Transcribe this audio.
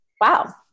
Wow